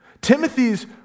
Timothy's